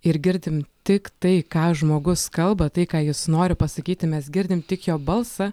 ir girdim tik tai ką žmogus kalba tai ką jis nori pasakyti mes girdim tik jo balsą